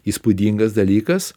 įspūdingas dalykas